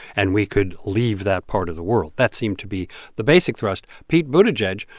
and we could leave that part of the world that seemed to be the basic thrust. pete buttigieg,